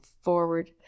forward